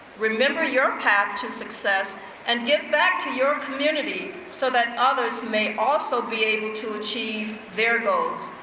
remember your path to success and give back to your community so that others may also be able to achieve their goals.